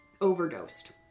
overdosed